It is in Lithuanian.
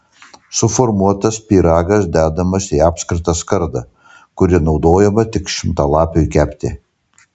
suformuotas pyragas dedamas į apskritą skardą kuri naudojama tik šimtalapiui kepti